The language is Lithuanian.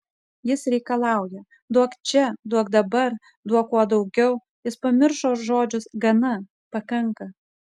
jis reikalauja duok čia duok dabar duok kuo daugiau jis pamiršo žodžius gana pakanka